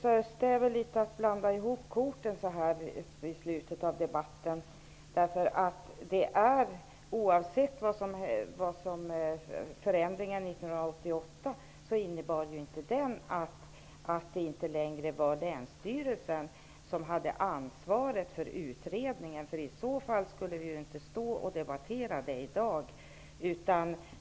Fru talman! Rosa Östh blandar ihop korten så här i slutet av debatten. Förändringen 1988 innebär ju inte att länsstyrelsen inte längre har ansvaret för utredningen. I så fall skulle vi ju inte stå här och debattera detta i dag.